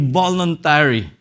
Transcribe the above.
voluntary